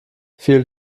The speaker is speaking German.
viel